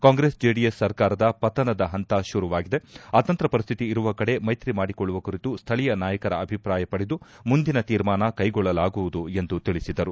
ಕಾಂಗ್ರೆಸ್ ಜೆಡಿಎಸ್ ಸರ್ಕಾರದ ಪತನದ ಹಂತ ಶುರುವಾಗಿದೆ ಅತಂತ್ರ ಪರಿಸ್ತಿತಿ ಇರುವ ಕಡೆ ಮೈತ್ರಿ ಮಾಡಿಕೊಳ್ಳುವ ಕುರಿತು ಸ್ಹಳೀಯ ನಾಯಕರ ಅಭಿಪ್ರಾಯ ಪಡೆದು ಮುಂದಿನ ತೀರ್ಮಾನ ಕೈಗೊಳ್ಳಲಾಗುವುದು ಎಂದು ತಿಳಿಸಿದರು